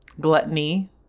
gluttony